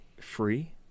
free